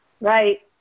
Right